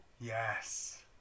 Yes